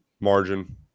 Margin